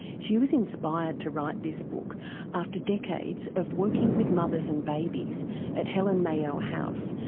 she was inspired to write this book after decades of working with mothers and babies at helen mayo house,